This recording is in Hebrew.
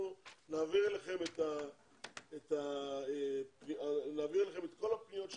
אנחנו נעביר אליכם את כל הפניות של